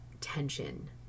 tension